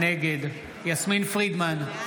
נגד יסמין פרידמן,